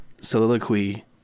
soliloquy